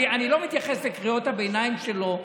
אני לא מתייחס לקריאות הביניים שלו,